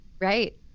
Right